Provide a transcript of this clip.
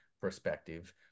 perspective